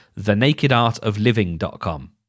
thenakedartofliving.com